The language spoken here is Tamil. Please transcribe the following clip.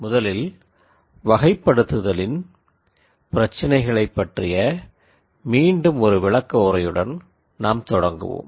முதலில் க்ளாசிக்பிகேஷன் பிராப்ளம்ஸ் பற்றிய மீண்டும் ஒரு விளக்கமான உரையுடன் நாம் தொடங்குவோம்